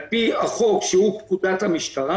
על פי החוק, שהוא פקודת המשטרה